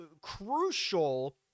crucial